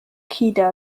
qaida